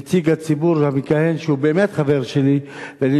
נציג הציבור המכהן שהוא באמת חבר שלי ואני